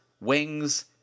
Wings